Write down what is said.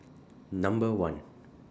Number one